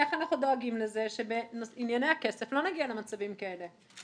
איך אנחנו דואגים לזה שבענייני הכסף לא נגיע למצבים האלה.